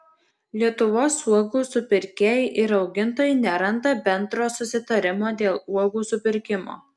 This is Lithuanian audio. lietuvos uogų supirkėjai ir augintojai neranda bendro susitarimo dėl uogų supirkimo